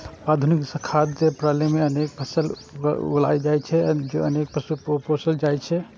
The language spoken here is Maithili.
आधुनिक खाद्य प्रणाली मे अनेक फसल उगायल जाइ छै आ अनेक पशु पोसल जाइ छै